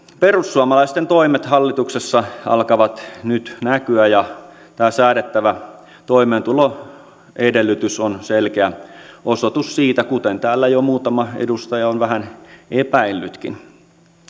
perussuomalaisten toimet hallituksessa alkavat nyt näkyä ja tämä säädettävä toimeentuloedellytys on selkeä osoitus siitä kuten täällä jo muutama edustaja on vähän epäillytkin